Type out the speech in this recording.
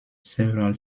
several